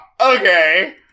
okay